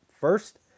first